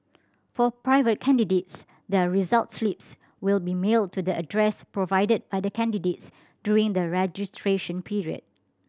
for private candidates their result slips will be mailed to the address provided by the candidates during the registration period